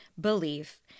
belief